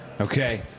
Okay